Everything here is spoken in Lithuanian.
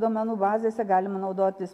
duomenų bazėse galima naudotis